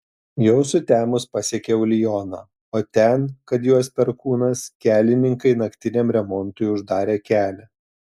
jau sutemus pasiekiau lioną o ten kad juos perkūnas kelininkai naktiniam remontui uždarė kelią